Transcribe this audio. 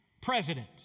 President